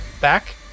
back